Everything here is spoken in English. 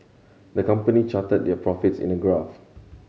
the company charted their profits in a graph